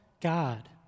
God